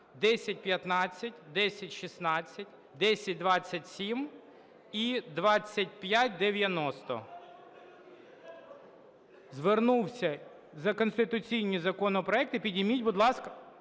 1015, 1016, 1027 і 2590. Звернувся… за конституційні законопроекти підніміть, будь ласка…